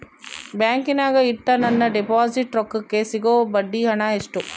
ಬ್ಯಾಂಕಿನಾಗ ಇಟ್ಟ ನನ್ನ ಡಿಪಾಸಿಟ್ ರೊಕ್ಕಕ್ಕೆ ಸಿಗೋ ಬಡ್ಡಿ ಹಣ ಎಷ್ಟು?